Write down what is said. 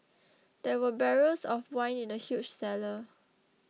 there were barrels of wine in the huge cellar